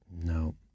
No